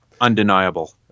Undeniable